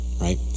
right